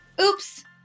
Oops